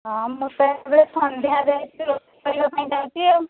ହଁ ମୁଁ ତ ଏବେ ସନ୍ଧ୍ୟାରେ ରୋଷେଇ କରିବା ପାଇଁ ଯାଉଛି ଆଉ